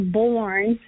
born